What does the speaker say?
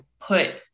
put